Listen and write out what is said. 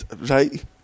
Right